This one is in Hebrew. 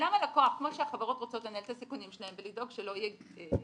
למה הלקוח כמו שהחברות רוצות לנהל את הסיכונים ולדאוג שלא יהיה מרמה,